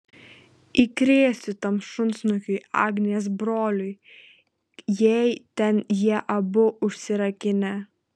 įkrėsiu tam šunsnukiui agnės broliui jei ten jie abu užsirakinę